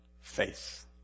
faith